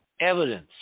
evidence